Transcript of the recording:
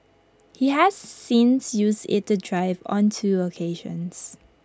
he has since used IT to drive on two occasions